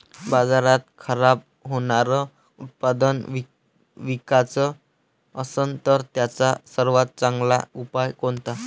बाजारात खराब होनारं उत्पादन विकाच असन तर त्याचा सर्वात चांगला उपाव कोनता?